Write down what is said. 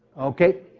okay.